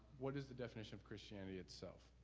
what is the definition of christianity itself?